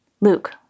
Luke